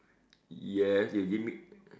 yes you give me